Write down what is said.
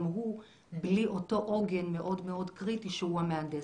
הוא בלי אותו עוגן קריטי שהוא המהנדס.